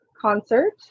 concert